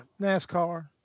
NASCAR